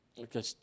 Okay